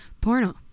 porno